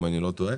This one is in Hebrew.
אם אני לא טועה,